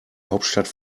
hauptstadt